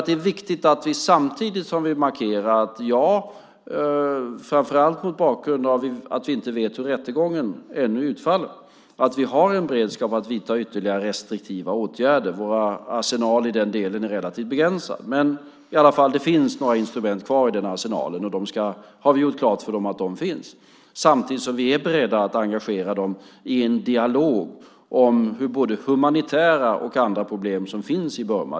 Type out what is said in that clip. Det är viktigt att vi samtidigt markerar, framför allt mot bakgrund av att vi ännu inte vet hur rättegången utfaller, att vi har en beredskap att vidta ytterligare restriktiva åtgärder. Vår arsenal i den delen är relativt begränsad. Men det finns ändå några instrument kvar i den arsenalen, och vi har också gjort klart för dem att de finns. Samtidigt är vi beredda att engagera dem i en dialog om både humanitära och andra problem som finns i Burma.